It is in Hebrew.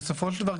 בסופו של דבר,